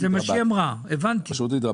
זה מה שאמרה, הבנתי.